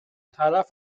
طرف